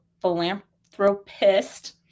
philanthropist